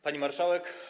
Pani Marszałek!